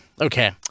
Okay